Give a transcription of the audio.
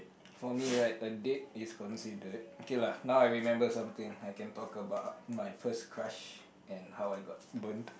for me right a date is considered okay lah now I remember something I can talk about my first crush and how I got burned